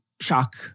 shock